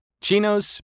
chinos